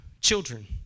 children